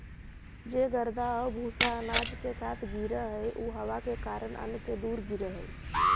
जे गर्दा आउ भूसा अनाज के साथ गिरऽ हइ उ हवा के कारण अन्न से दूर गिरऽ हइ